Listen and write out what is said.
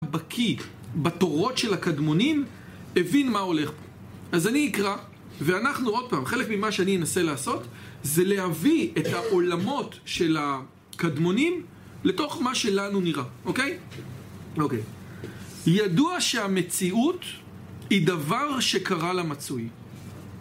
בקיא, בתורות של הקדמונים, הבין מה הולך פה אז אני אקרא, ואנחנו עוד פעם, חלק ממה שאני אנסה לעשות זה להביא את העולמות של הקדמונים לתוך מה שלנו נראה, אוקיי? אוקיי ידוע שהמציאות היא דבר שקרה לה מצוי.